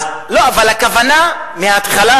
הכוונה מההתחלה,